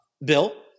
Bill